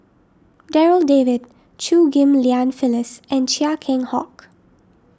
Darryl David Chew Ghim Lian Phyllis and Chia Keng Hock